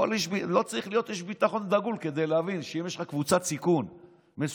לא צריך להיות איש ביטחון דגול כדי להבין שאם יש לך קבוצת סיכון מסוימת,